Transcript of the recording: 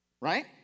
right